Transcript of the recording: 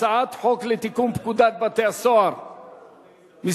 הצעת חוק לתיקון פקודת בתי-הסוהר (מס'